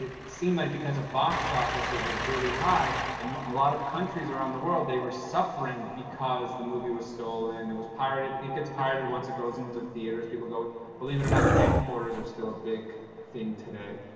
it it seemed like because of box office. it was really high, and a lot of countries around the world. they were suffering because the movie was stolen. it was pirated, it gets pirated once it goes into theaters people go jonathan yunger believe it or not, camcorders are still a big thing today.